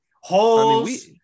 holes